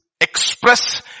express